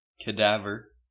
cadaver